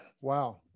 Wow